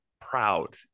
proud